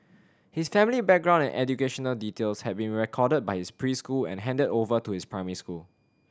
his family background and educational details had been recorded by his preschool and handed over to his primary school